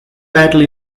battle